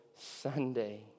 Sunday